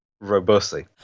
robustly